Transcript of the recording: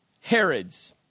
Herod's